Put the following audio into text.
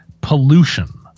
pollution